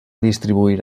distribuir